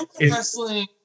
wrestling